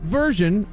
version